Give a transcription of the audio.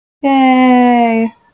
yay